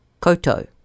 koto